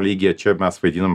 lygyje čia mes vaidinam